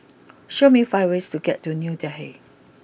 show me five ways to get to new Delhi